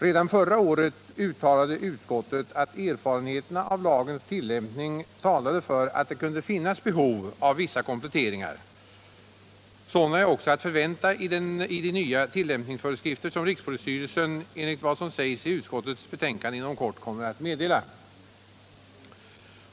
Redan förra året anförde utskottet att erfarenheterna av lagens tillämpning talade för att det kunde finnas behov av vissa kompletteringar. Sådana är också att förvänta i de nya tillämpningsföreskrifter som rikspolisstyrelsen, enligt vad som sägs i utskottets betänkande, inom kort kommer att meddela.